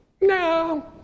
No